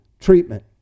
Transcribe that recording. treatment